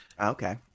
Okay